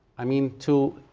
i mean to